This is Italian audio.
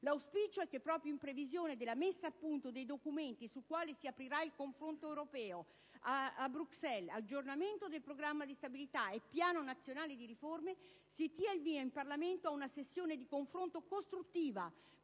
L'auspicio è che proprio in previsione della messa a punto dei documenti sui quali si aprirà il confronto europeo a Bruxelles (aggiornamento del programma di stabilità e piano nazionale di riforme) si dia il via in Parlamento a una sessione di confronto costruttivo,